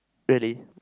really